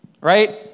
Right